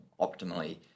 optimally